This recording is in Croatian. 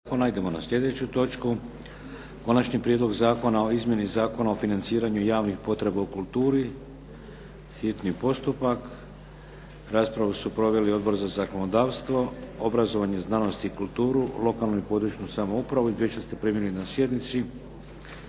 Idemo na sljedeću točku: - Konačni prijedlog zakona o Izmjeni zakona o financiranju javnih potreba u kulturi, hitni postupak, prvo i drugo čitanje, P.Z. br. 289; Raspravu su proveli Odbor za zakonodavstvo, obrazovanje, znanost i kulturu, lokalnu i područnu samoupravu. Izvješća ste primili na sjednici.